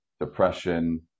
depression